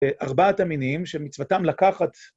ארבעת המינים שמצוותם לקחת...